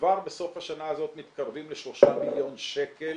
כבר בסוף השנה הזאת מתקרבים לשלושה מיליון שקל